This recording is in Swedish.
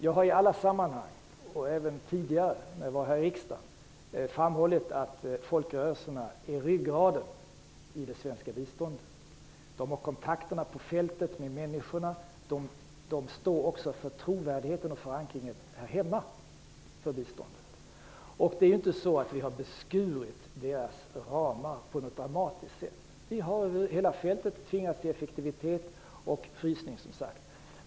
Jag har i alla sammanhang, även tidigare här i riksdagen, framhållit att folkrörelserna är ryggraden i det svenska biståndet. De har kontakterna med människorna på fältet, och de står också för trovärdigheten och förankringen för biståndet här hemma. Vi har inte beskurit deras ramar på något dramatiskt sätt. Vi har tvingats till effektivitet och frysning över hela fältet.